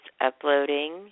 uploading